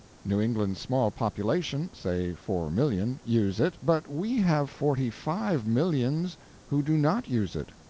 new england's small population say four millions use it, but we have forty-five millions who do not use it.